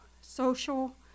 social